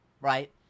right